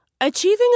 Achieving